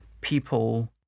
people